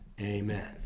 Amen